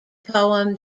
poem